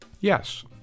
Yes